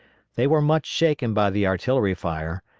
they were much shaken by the artillery fire,